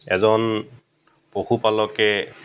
এজন পশুপালকে